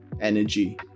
energy